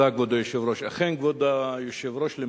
תודה, כבוד היושב-ראש.